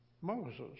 Moses